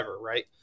right